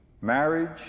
Marriage